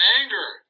anger